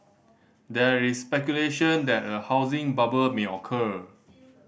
there is speculation that a housing bubble may occur